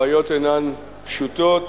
הבעיות אינן פשוטות,